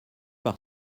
par